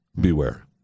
Beware